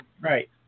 right